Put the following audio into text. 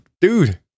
dude